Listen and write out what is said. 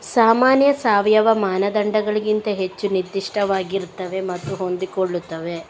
ಸಾಮಾನ್ಯ ಸಾವಯವ ಮಾನದಂಡಗಳಿಗಿಂತ ಹೆಚ್ಚು ನಿರ್ದಿಷ್ಟವಾಗಿರುತ್ತವೆ ಮತ್ತು ಹೊಂದಿಕೊಳ್ಳುತ್ತವೆ